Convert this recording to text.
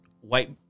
White